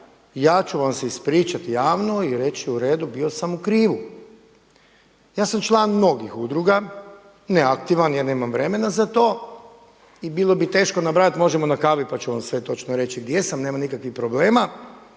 ja ću vam se ispričati javno i reći u redu, bio sam u krivu. Ja sam član mnogih udruga, ne aktivan jer nemam vremena za to i bilo bi teško nabrajati možemo n a kavi pa ću vam sve točno reći gdje sam. Nema nikakvih problema.